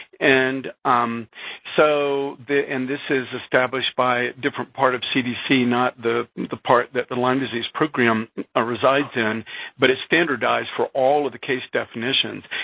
and so, and this is established by different part of cdc, not the the part that the lyme disease program ah resides in, but it's standardized for all of the case definitions.